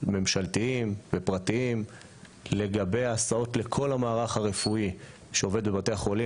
- ממשלתיים ופרטיים - לגבי הסעות לכל המערך הרפואי שעובד בבתי חולים